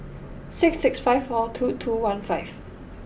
six six five four two two one five